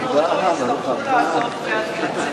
שאולי גם אותו הם יצרכו לעזוב בעתיד?